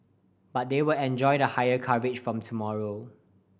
but they will enjoy the higher coverage from tomorrow